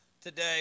today